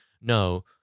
no